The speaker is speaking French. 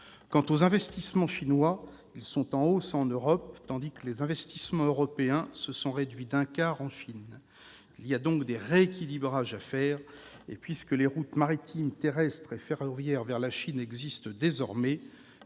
Quant aux investissements chinois, ils sont en hausse en Europe, tandis que les investissements européens se sont réduits d'un quart en Chine. Il y a donc des rééquilibrages à faire. Puisque les routes maritimes, terrestres et ferroviaires vers la Chine existent désormais,